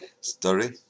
story